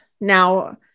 now